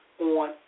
on